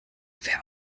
wer